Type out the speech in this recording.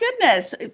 goodness